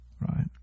right